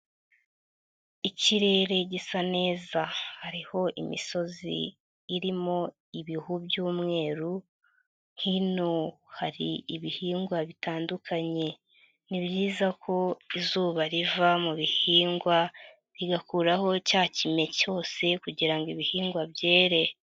Ikirere gisa neza hariho imisozi irimo ibihu by'umweru hino hari ibihingwa bitandukanye, ni byiza ko izuba riva mu bihingwa bigakuraho cya kime cyose kugira ngo ibihingwa byere.